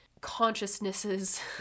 consciousnesses